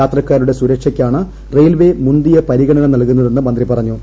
യാത്രക്കാരുടെ സുരക്ഷയ്ക്കാണ് റെയിൽവെ മുന്തിയ പരിഗണന നൽകുന്നതെന്ന് മന്ത്രി പറഞ്ഞു